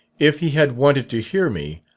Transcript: if he had wanted to hear me,